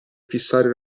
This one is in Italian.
fissare